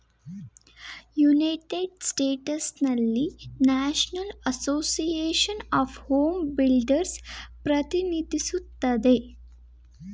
united ಸ್ಟೇಟ್ಸ್ನಲ್ಲಿ national association of home builders ಪ್ರತಿನಿಧಿಸುತ್ತದೆ